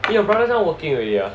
eh your brothers now working already ah